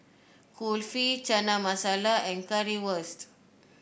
Kulfi Chana Masala and Currywurst